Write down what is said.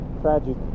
tragic